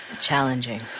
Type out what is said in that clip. challenging